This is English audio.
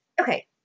Okay